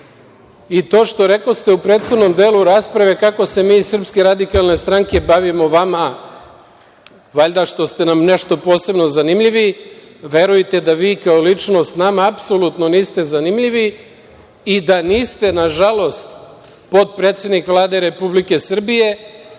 i to što rekoste u prethodnom delu rasprave kako se mi iz SRS bavimo vama, valjda što ste nam nešto posebno zanimljivi, verujte da vi kao ličnost nama apsolutno niste zanimljivi i da niste na žalost, potpredsednik Vlade Republike Srbije